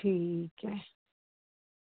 ठीक ऐ